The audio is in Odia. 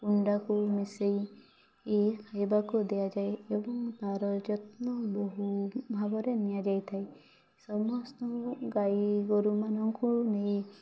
କୁଣ୍ଡାକୁ ମିଶାଇ ଖାଇବାକୁ ଦିଆଯାଏ ଏବଂ ତାର ଯତ୍ନ ବହୁଭାବରେ ନିଆଯାଇଥାଏ ସମସ୍ତଙ୍କୁ ଗାଈଗୋରୁମାନଙ୍କୁ ନେଇ